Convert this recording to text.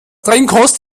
trennkost